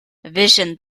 vision